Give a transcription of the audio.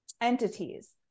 entities